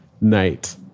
Night